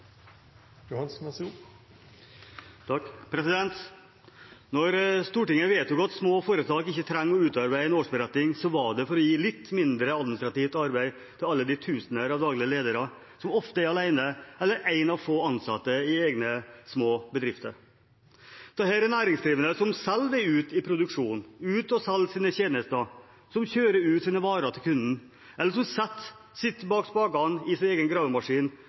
Stortinget vedtok at små foretak ikke trenger å utarbeide en årsberetning, var det for å gi litt mindre administrativt arbeid til alle de tusener daglig ledere som ofte er alene eller er en av få ansatte i egne, små bedrifter. Dette er næringsdrivende som selv er ute i produksjonen, som er ute og selger sine tjenester, som kjører ut sine varer til kunden, eller som sitter bak spakene i sin egen gravemaskin,